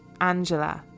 Angela